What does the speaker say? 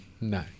No